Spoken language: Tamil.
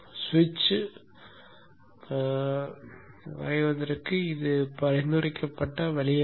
சுவிட்சை வரைவதற்கு இது பரிந்துரைக்கப்பட்ட வழி அல்ல